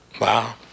Wow